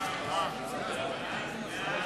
סעיפים 1